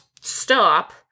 stop